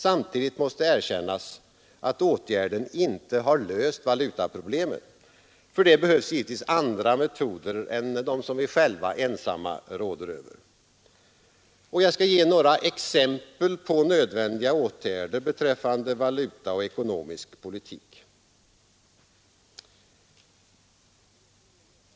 Samtidigt måste erkännas att åtgärden inte har löst valutaproblemen. För detta behövs givetvis andra metoder än dem vi själva ensamma råder över, och jag skall ge några exempel på nödvändiga åtgärder beträffande valutapolitik och ekonomisk politik.